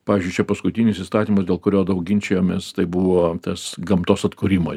pavyzdžiui čia paskutinis įstatymas dėl kurio daug ginčijomės tai buvo tas gamtos atkūrimo